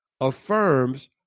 affirms